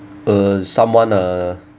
uh someone ah